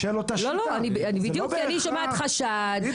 אני שומעת חשד,